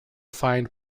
find